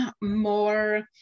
more